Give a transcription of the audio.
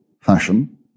fashion